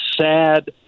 sad